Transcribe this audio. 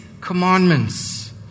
commandments